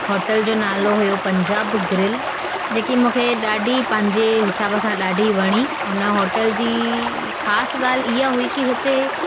hotel जो नालो हुयो पंजाब ग्रिल जेकी मूंखे ॾाढी पंहिंजे हिसाब सां ॾाढी वणी उन होटल जी ख़ासि ॻाल्हि इहा हुई की हुते